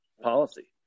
policy